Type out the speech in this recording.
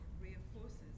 reinforces